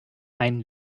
ein